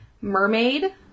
Mermaid